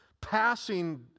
passing